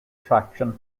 traction